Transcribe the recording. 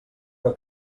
que